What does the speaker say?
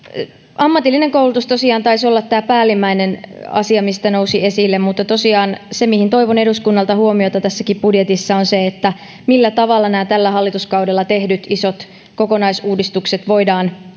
ammatillinen koulutus taisi olla tosiaan tämä päällimmäinen asia mikä nousi esille mutta tosiaan se mihin toivon eduskunnalta huomiota tässäkin budjetissa on se millä tavalla nämä tällä hallituskaudella tehdyt isot kokonaisuudistukset voidaan